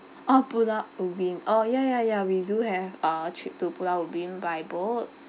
orh pulau ubin orh ya ya ya we do have a trip to pulau ubin by boat